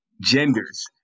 genders